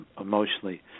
emotionally